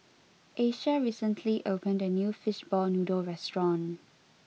Asia recently opened a new fishball noodle restaurant